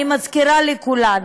אני מזכירה לכולם: